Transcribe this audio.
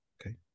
Okay